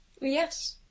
Yes